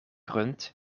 rund